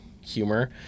humor